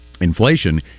inflation